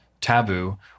Taboo